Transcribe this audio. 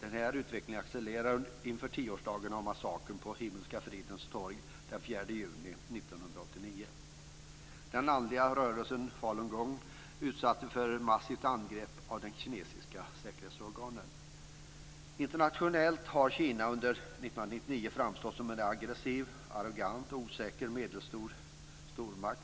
Den här utvecklingen accelererade inför tioårsdagen av massakern på Himmelska fridens torg den 4 juni 1989. Den andliga rörelsen falungong utsattes för ett massivt angrepp av de kinesiska säkerhetsorganen. Internationellt har Kina under 1999 framstått som en aggressiv, arrogant och osäker medelstor stormakt.